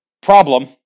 Problem